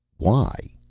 why?